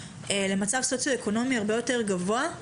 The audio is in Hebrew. למצב סוציואקונומי הרבה יותר גבוה,